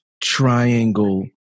triangle